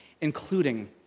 including